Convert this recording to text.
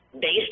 based